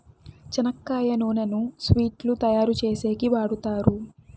చెనక్కాయ నూనెను స్వీట్లు తయారు చేసేకి వాడుతారు